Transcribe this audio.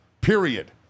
period